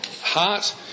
heart